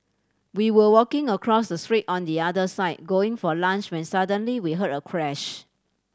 we were walking across the street on the other side going for lunch when suddenly we heard a crash